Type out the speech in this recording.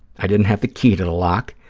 i didn't have the key to the lock,